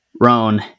Roan